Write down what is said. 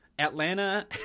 Atlanta